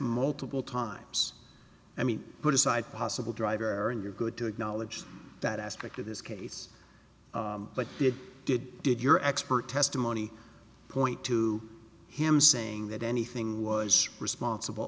multiple times i mean put aside possible driver and you're good to acknowledge that aspect of this case but did did did your expert testimony point to him saying that anything was responsible